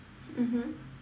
mmhmm